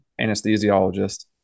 anesthesiologist